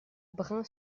brain